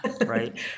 right